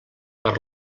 per